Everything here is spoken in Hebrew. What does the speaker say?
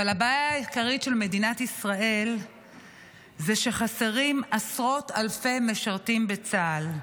אבל הבעיה העיקרית של מדינת ישראל היא שחסרים עשרות אלפי משרתים בצה"ל.